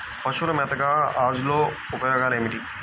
పశువుల మేతగా అజొల్ల ఉపయోగాలు ఏమిటి?